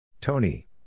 Tony